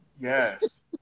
Yes